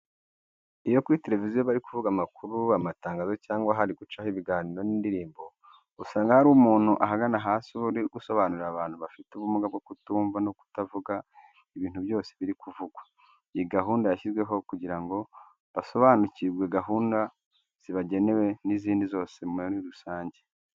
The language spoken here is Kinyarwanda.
Iyo kuri televiziyo bari kuvuga amakuru, amatangazo cyangwa hari gucaho ibiganiro n'indirimbo, usanga hari umuntu ahagana hasi uba ari gusobanurira abantu bafite ubumuga bwo kutumva no kutavuga ibintu byose biri kuvugwa. Iyi gahunda yashyizweho kugira ngo basobanukirwe gahunda zibagenewe n'izindi zose muri rusange.